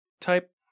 type